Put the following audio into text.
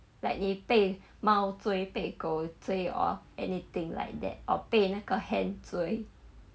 like 你被猫追被狗追 or anything like that or 被那个很追